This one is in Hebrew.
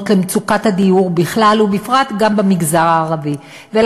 למצוקת הדיור בכלל ובמגזר הערבי בפרט,